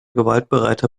gewaltbereiter